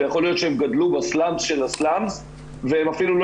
ויכול להיות שהם גדלו בסלאמס של הסלאמס והם אפילו לא